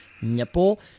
nipple